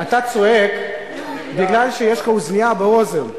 אתה צועק בגלל שיש לך אוזנייה באוזן.